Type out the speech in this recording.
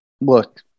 look